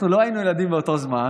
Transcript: אנחנו לא היינו ילדים באותו זמן,